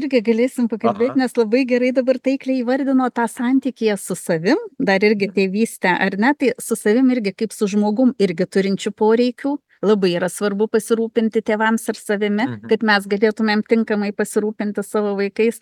irgi galėsim pakalbėt nes labai gerai dabar taikliai įvardinot tą santykyje su savim dar irgi tėvystę ar ne tai su savim irgi kaip su žmogum irgi turinčiu poreikių labai yra svarbu pasirūpinti tėvams ir savimi kad mes galėtumėm tinkamai pasirūpinti savo vaikais